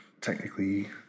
technically